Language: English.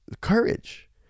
courage